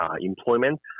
employment